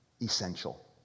essential